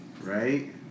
right